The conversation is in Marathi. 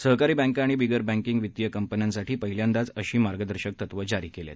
सहकारी बँका आणि बिगर बँकिंग वित्तीय कंपन्यांसाठी पहिल्यांदाच अशी मार्गदर्शक तत्त्वं जारी केली आहेत